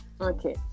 Okay